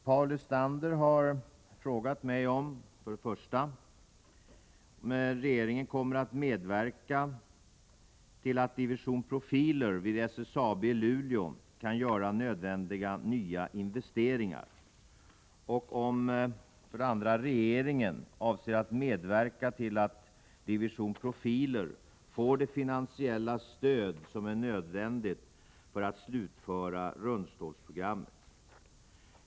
Paul Lestander har frågat mig om 1. regeringen kommer att medverka till att Division Profiler vid SSAB i Luleå kan göra nödvändiga nya investeringar, och om 2. regeringen avser medverka till att Division Profiler får det finansiella stöd som är nödvändigt för att slutföra rundstålsprogrammet.